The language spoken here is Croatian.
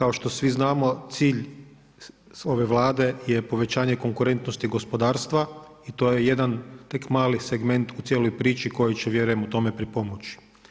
Kao što svi znamo cilj ove Vlade je povećanje konkurentnosti gospodarstva i to je jedan tek mali segment u cijeloj priči koji će vjerujem u tome pripomoći.